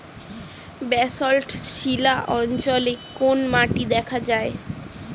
Basalt শিলা অঞ্চলে কোন মাটি দেখা যায়?